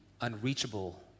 unreachable